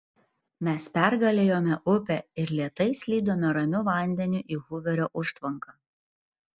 mes pergalėjome upę ir lėtai slydome ramiu vandeniu į huverio užtvanką